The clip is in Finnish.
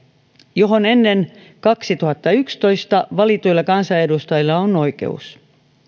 joihin ennen vuotta kaksituhattayksitoista valituilla kansanedustajilla on oikeus